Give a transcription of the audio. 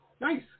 Nice